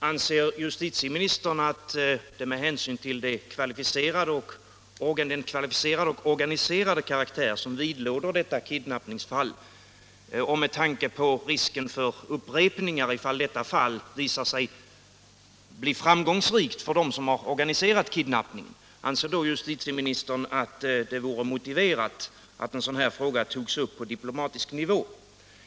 Anser justitieministern, med hänsyn till den kvalificerade och organiserade karaktär som detta kidnappningsfall har och med tanke på risken för upprepningar för den händelse att detta fall visar sig bli framgångsrikt för dem som förhindra kidnappning organiserat kidnappningen, att det vore motiverat att en sådan här fråga tas upp på diplomatisk nivå?